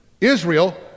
Israel